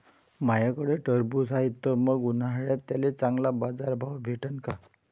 माह्याकडं टरबूज हाये त मंग उन्हाळ्यात त्याले चांगला बाजार भाव भेटन का?